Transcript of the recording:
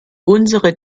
unsere